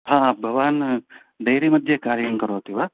हा भवान् डैरीमध्ये कार्यं करोति वा